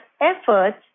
efforts